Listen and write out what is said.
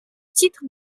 titre